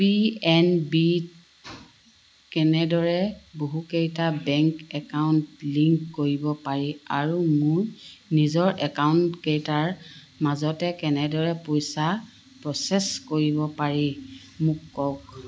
P N বিত কেনেদৰে বহুকেইটা বেংক একাউণ্ট লিংক কৰিব পাৰি আৰু মোৰ নিজৰ একাউণ্টকেইটাৰ মাজতে কেনেদৰে পইচা প্ৰ'চেছ কৰিব পাৰি মোক কওক